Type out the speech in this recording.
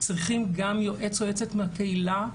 צריכים גם יועץ או יועצת מהקהילה,